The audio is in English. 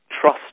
trust